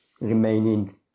remaining